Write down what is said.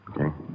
Okay